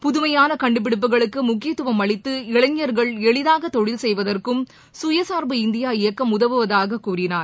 புதுமையானகண்டுபிடிப்புகளுக்குமுக்கியத்துவம் அளித்து இளைஞர்கள் எளிதாகதொழில் செய்வதற்கும் சுயசார்பு இந்தியா இயக்கம் உதவுவதாககூறினார்